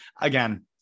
again